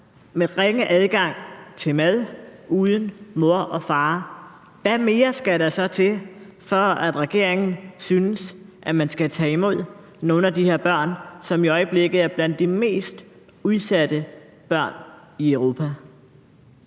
med ringe adgang til mad og uden mor og far, hvad mere skal der så til, for at regeringen synes, at man skal tage imod nogle af de her børn, som i øjeblikket er blandt de mest udsatte børn i Europa?